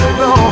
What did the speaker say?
no